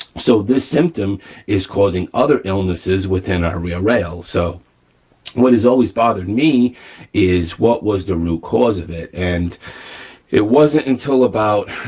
so this symptom is closing other illnesses within our real rail. so what has always bothered me is, what was the root cause of it? and it wasn't until about,